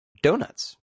donuts